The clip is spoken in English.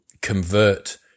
convert